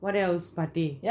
what else paati did